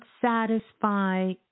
satisfy